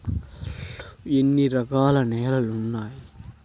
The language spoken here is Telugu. అసలు ఎన్ని రకాల నేలలు వున్నాయి?